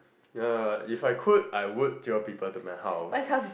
ya if I could I would jio people to my house